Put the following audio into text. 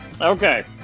Okay